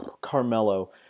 Carmelo